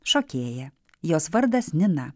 šokėją jos vardas nina